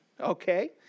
Okay